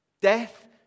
Death